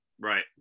right